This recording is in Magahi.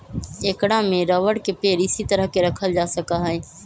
ऐकरा में रबर के पेड़ इसी तरह के रखल जा सका हई